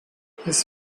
his